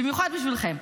במיוחד בשבילכם.